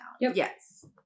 yes